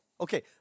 Okay